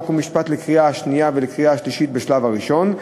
חוק ומשפט תכין לקריאה שנייה ולקריאה שלישית בשלב הראשון,